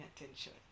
attention